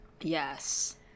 yes